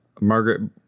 Margaret